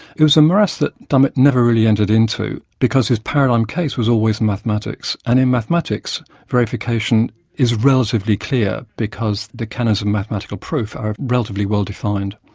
it was a morass that dummett never really entered into, because his paradigm case was always mathematics and in mathematics verification is relatively clear, because the canons of mathematical proof are relatively well defined.